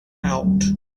out